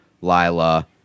Lila